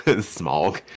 Smog